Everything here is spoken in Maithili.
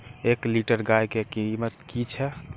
एक लीटर गाय के कीमत कि छै?